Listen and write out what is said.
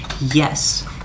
Yes